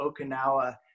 Okinawa